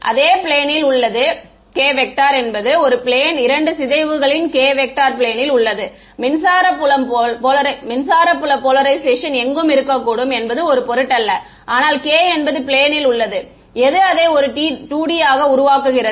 மாணவர் அது பிளேனில் உள்ளது k வெக்டர் என்பது ஒரு பிளேன் 2 சிதைவுகளின் k வெக்டர் பிளேனில் உள்ளது மின்சாரம்புல போலரைஷேஷன் எங்கும் இருக்கக்கூடும் என்பது ஒரு பொருட்டல்ல ஆனால் k என்பது பிளேனில் உள்ளது எது அதை ஒரு 2D ஆக உருவாக்குகிறது